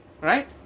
Right